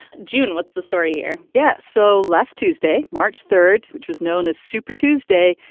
june, what's the story here? yes. so last tuesday, march third, which was known as super tuesday,